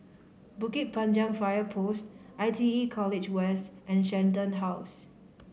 Bukit Panjang Fire Post I T E College West and Shenton House